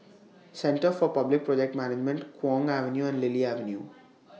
Centre For Public Project Management Kwong Avenue and Lily Avenue